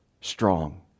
strong